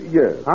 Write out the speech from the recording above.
yes